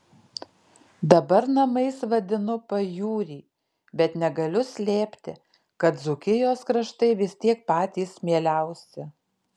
dabar namais vadinu pajūrį bet negaliu slėpti kad dzūkijos kraštai vis tiek patys mieliausi